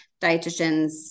dietitians